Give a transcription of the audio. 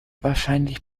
wahrscheinlich